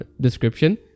description